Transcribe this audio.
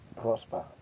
prosper